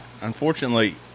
unfortunately